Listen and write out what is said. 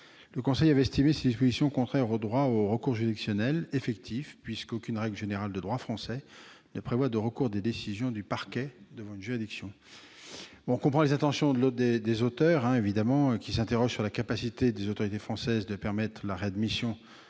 avait estimé ces dispositions contraires au droit au recours juridictionnel effectif, puisqu'aucune règle générale de droit français ne prévoit de recours contre les décisions du parquet devant une juridiction. La commission comprend l'intention des auteurs de cet amendement, qui s'interrogent sur la capacité des autorités françaises de procéder à la réadmission dans